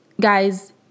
guys